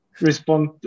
respond